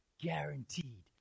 guaranteed